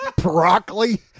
Broccoli